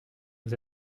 aux